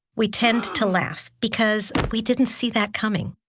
we tend to laugh because we didn't see that coming.